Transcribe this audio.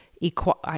equal